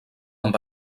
amb